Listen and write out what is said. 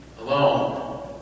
Alone